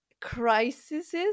crises